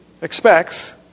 expects